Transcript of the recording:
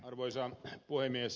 arvoisa puhemies